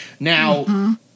Now